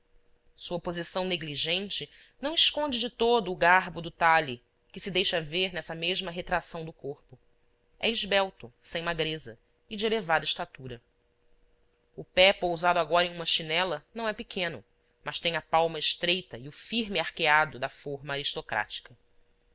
sua posição negligente não esconde de todo o garbo do talhe que se deixa ver nessa mesma retração do corpo é esbelto sem magreza e de elevada estatura o pé pousado agora em uma chinela não é pequeno mas tem a palma estreita e o firme arqueado da forma